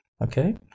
Okay